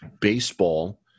baseball